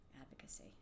advocacy